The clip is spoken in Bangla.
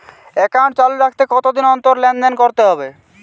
একাউন্ট চালু রাখতে কতদিন অন্তর লেনদেন করতে হবে?